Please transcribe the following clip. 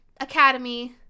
academy